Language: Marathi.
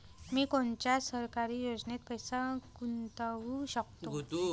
मी कोनच्या सरकारी योजनेत पैसा गुतवू शकतो?